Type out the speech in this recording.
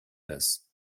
this